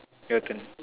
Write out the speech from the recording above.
your turn